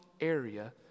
area